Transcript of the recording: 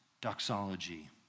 doxology